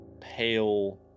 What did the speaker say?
pale